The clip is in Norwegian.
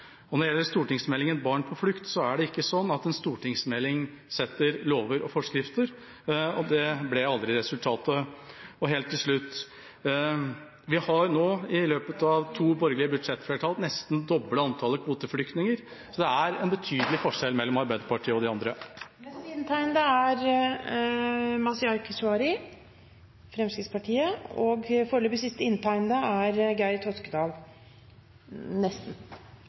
fram når det gjelder håndtering av barn. Når det gjelder stortingsmeldingen Barn på flukt: Det er ikke sånn at en stortingsmelding gir lover og forskrifter. Det ble aldri resultatet. Helt til slutt: Vi har i løpet av to borgerlige budsjettflertall nesten doblet antallet kvoteflyktninger. Det er en betydelig forskjell på Arbeiderpartiet og de andre. Taletiden er omme. I løpet av debatten er